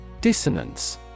Dissonance